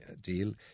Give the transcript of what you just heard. deal